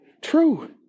true